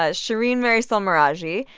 ah shereen marisol meraji.